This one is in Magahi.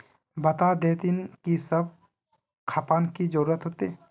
बता देतहिन की सब खापान की जरूरत होते?